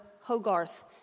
Hogarth